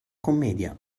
commedia